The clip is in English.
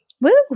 Woo